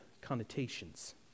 connotations